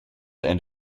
and